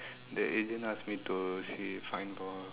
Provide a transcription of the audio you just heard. the agent ask me to see find for